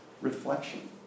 reflection